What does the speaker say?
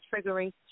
triggering